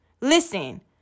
Listen